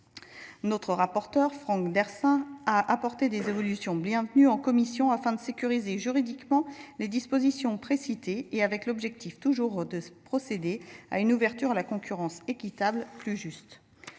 Notre rapporteur, Franck Dhersin, a apporté des évolutions bienvenues en commission, afin de sécuriser juridiquement les dispositions précitées, toujours afin de procéder à une ouverture à la concurrence équitable et plus juste.